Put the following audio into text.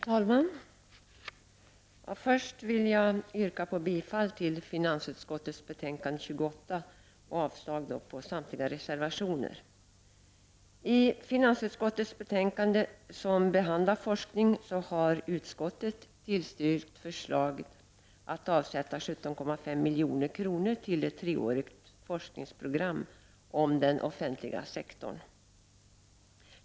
Fru talman! Först vill jag yrka bifall till hemställan i finansutskottets betänkande 28 och avslag på samtliga reservationer. I finansutskottets betänkande som behandlar forskning har utskottet tillstyrkt förslaget att avsätta 17,5 milj.kr. till ett treårigt forskningsprogram om den offentliga sektorn.